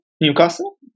Newcastle